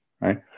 right